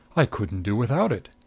i couldn't do without it.